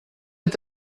est